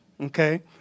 okay